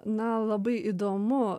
na labai įdomu